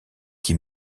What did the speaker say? qui